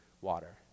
water